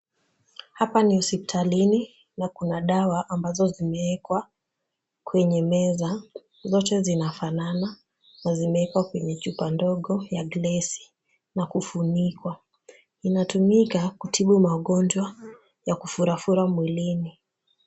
Hapa ni hosiptalini na kuna dawa ambazo zimewekwa kwenye meza, zote zinafanana na zimewekwa kwenye chupa ndogo ya glesi na kufunikwa. Inatumika kutibu magonjwa ya kufura mwilini.